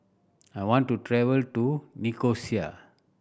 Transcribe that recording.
I want to travel to Nicosia